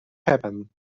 happen